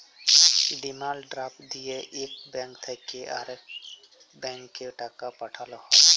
demand draft দিঁয়ে ইকট bank থ্যাইকে আরেকট ব্যাংকে টাকা পাঠাল হ্যয়